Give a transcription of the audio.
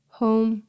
home